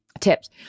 tips